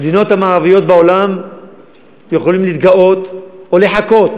במדינות המערב בעולם יכולים להתגאות או לחקות